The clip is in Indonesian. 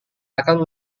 akan